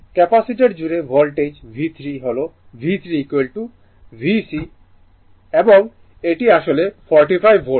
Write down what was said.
capacitor জুড়ে voltage V3 হল V3 Vc এবং এটি আসলে 45 ভোল্ট